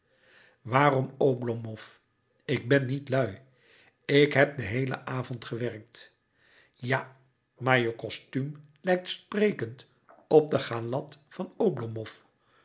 waarom oblomow ik ben niet lui ik heb den heelen avond gewerkt ja maar je kostuum lijkt sprekend op de chalat van